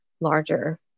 larger